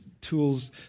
tools